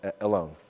alone